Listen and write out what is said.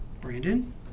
Brandon